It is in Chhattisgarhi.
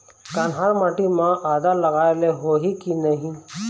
कन्हार माटी म आदा लगाए ले होही की नहीं?